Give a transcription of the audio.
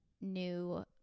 new